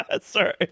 Sorry